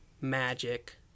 Magic